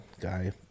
guy